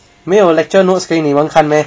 没有 lecture notes 给你们看 meh